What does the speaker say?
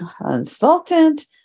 consultant